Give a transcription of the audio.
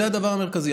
זה הדבר המרכזי.